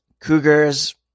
Cougars